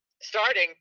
starting